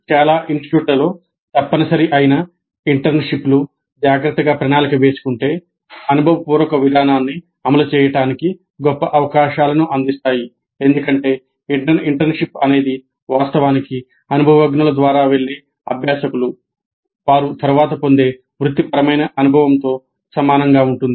ఇప్పుడు చాలా ఇన్స్టిట్యూట్లలో తప్పనిసరి అయిన ఇంటర్న్షిప్లు జాగ్రత్తగా ప్రణాళిక వేసుకుంటే అనుభవపూర్వక విధానాన్ని అమలు చేయడానికి గొప్ప అవకాశాలను అందిస్తాయి ఎందుకంటే ఇంటర్న్షిప్ అనేది వాస్తవానికి అనుభవజ్ఞుల ద్వారా వెళ్ళే అభ్యాసకులు వారు తరువాత పొందే వృత్తిపరమైన అనుభవంతో సమానంగా ఉంటుంది